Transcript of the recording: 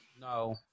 No